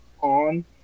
on